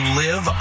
live